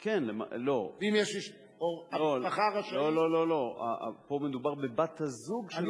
לא לא לא, פה מדובר בבת-הזוג של אותו אברך.